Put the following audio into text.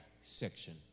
section